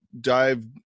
dive